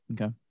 okay